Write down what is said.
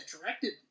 directed